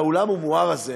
באולם המואר הזה,